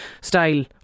style